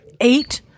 eight